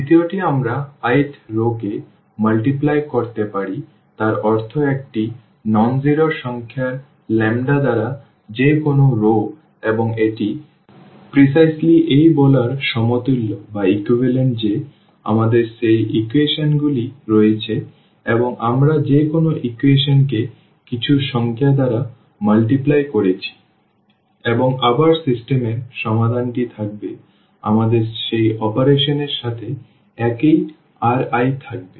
দ্বিতীয়টি আমরা i th রও কে গুণ করতে পারি তার অর্থ একটি অ শূন্য সংখ্যার ল্যাম্বডা দ্বারা যে কোনও রও এবং এটি অবিকল এই বলার সমতুল্য যে আমাদের সেই ইকুয়েশন গুলি রয়েছে এবং আমরা যে কোনও ইকুয়েশন কে কিছু সংখ্যা দ্বারা গুণ করছি এবং আবার সিস্টেম এর সমাধান টি থাকবে আমাদের সেই অপারেশন এর সাথে একই Ri থাকবে